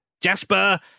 Jasper